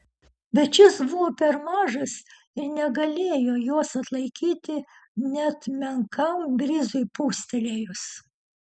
bet šis buvo per mažas ir negalėjo jos atlaikyti net menkam brizui pūstelėjus